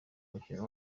mukino